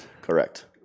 correct